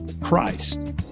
Christ